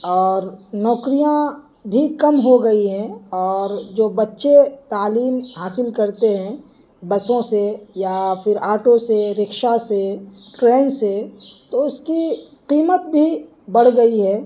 اور نوکریاں بھی کم ہو گئی ہے اور جو بچے تعلیم حاصل کرتے ہیں بسوں سے یا پھر آٹو سے رکشہ سے ٹرین سے تو اس کی قیمت بھی بڑھ گئی ہے